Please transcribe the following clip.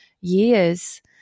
years